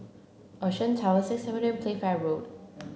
Ocean Towers Sixth Avenue and Playfair Road